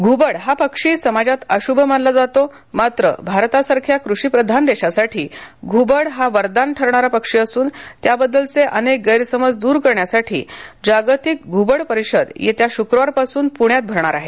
घ्बड हा पक्षी समाजात अश्भ मानला जातो मात्र भारतासारख्या कृषिप्रधान देशासाठी घ्बड हा वरदान ठरणारा पक्षी असुन त्याबद्दलचे अनेक गैरसमज द्रर करण्यासाठी जागतिक घ्बड परिषद येत्या शुक्रवारपासून पृण्यात भरणार आहे